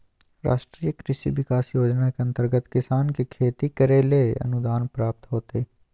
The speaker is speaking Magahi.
राष्ट्रीय कृषि विकास योजना के अंतर्गत किसान के खेती करैले अनुदान प्राप्त होतय